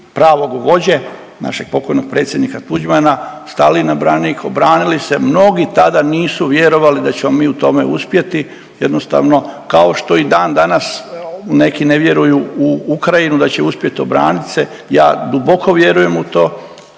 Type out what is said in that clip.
pravog vođe, našeg pokojnog predsjednika Tuđmana stali na branik, obranili se, mnogi tada nisu vjerovali da ćemo mi u tome uspjeti, jednostavno, kao što i dan danas neki ne vjeruju u Ukrajinu da će uspjeti obranit se, ja duboko vjerujem u to